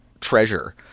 treasure